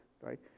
right